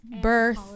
birth